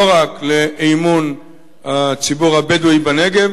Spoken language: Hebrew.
לא רק לאמון ציבור הבדואים בנגב,